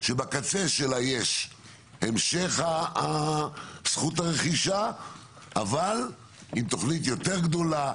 שבקצה שלה יש המשך זכות הרכישה אבל עם תוכנית יותר גדולה,